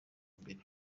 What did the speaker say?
imbere